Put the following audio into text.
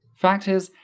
fact is,